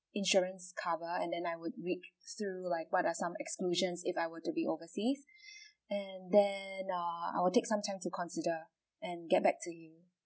insurance cover and then I would read through like what are some exclusions if I were to be overseas and then err I would take some times to consider and get back to you